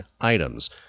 items